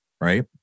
right